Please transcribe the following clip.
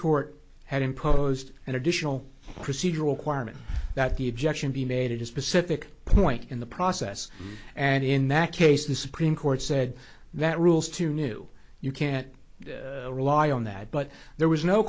court had imposed an additional procedural quire meant that the objection be made it a specific point in the process and in that case the supreme court said that rules to new you can't rely on that but there was no